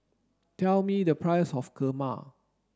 tell me the price of kurma